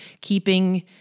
keeping